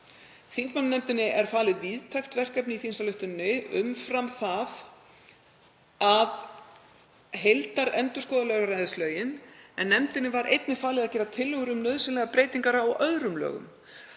Þingmannanefndinni er falið víðtækt verkefni í þingsályktuninni umfram það að endurskoða lögræðislögin í heild en nefndinni var einnig falið að gera tillögur um nauðsynlegar breytingar á öðrum lögum,